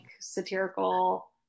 satirical